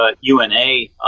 UNA